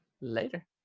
Later